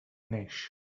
neix